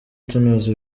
tunoza